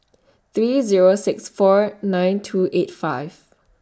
three Zero six four nine two eight five